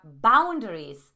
boundaries